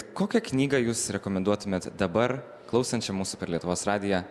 kokią knygą jūs rekomenduotumėt dabar klausančiam musų per lietuvos radiją